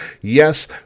Yes